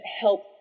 help